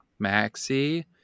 maxi